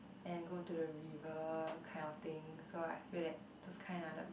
and go to the river kind of thing so I feel like those kind are the